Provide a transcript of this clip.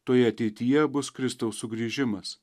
toje ateityje bus kristaus sugrįžimas